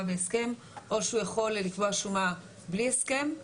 בהסכם או שהוא יכול לקבוע שומה בלי הסכם,